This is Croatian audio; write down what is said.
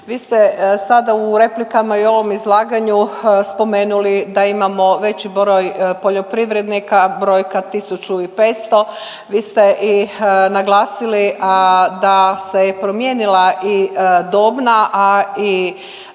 Vi ste sada u replikama i ovom izlaganju spomenuli da imamo veći broj poljoprivrednika, brojka 1500, vi ste i naglasiti da se je promijenila i dobna, a i